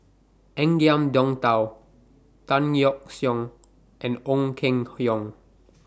Ngiam Tong Dow Tan Yeok Seong and Ong Keng Yong